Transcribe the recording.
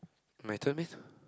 my turn meh